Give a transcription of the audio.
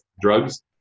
drugs